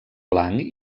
blanc